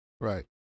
Right